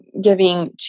giving